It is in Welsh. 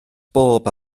bob